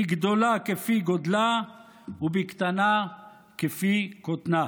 בגדולה כפי גדלה ובקטנה כפי קטנה".